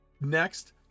next